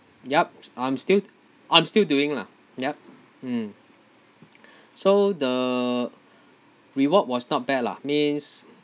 yup I'm still I'm still doing lah yup mm so the reward was not bad lah means